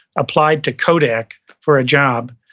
applied to kodak for a job,